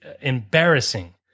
embarrassing